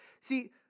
see